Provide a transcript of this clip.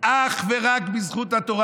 אך ורק בזכות התורה.